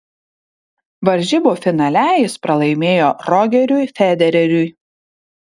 varžybų finale jis pralaimėjo rogeriui federeriui